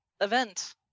event